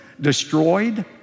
destroyed